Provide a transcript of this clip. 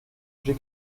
j’ai